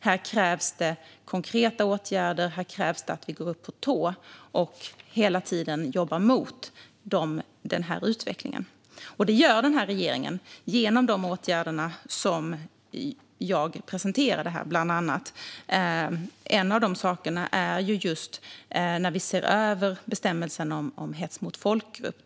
Här krävs konkreta åtgärder och att vi går upp på tå och hela tiden jobbar emot denna utveckling. Detta gör regeringen bland annat genom de åtgärder som jag presenterade här. En av dessa saker är att vi ser över bestämmelsen om hets mot folkgrupp.